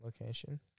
location